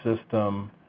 system